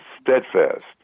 steadfast